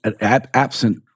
absent